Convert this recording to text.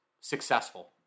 successful